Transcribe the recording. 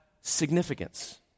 significance